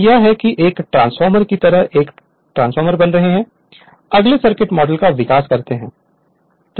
तो यह है कि हम एक ट्रांसफार्मर की तरह एक ट्रांसफार्मर बना रहे हैं अगले सर्किट मॉडल का विकास कर रहे हैं